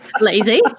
Lazy